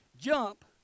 jump